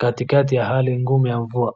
katikati ya hali ngumu ya mvua.